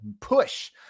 push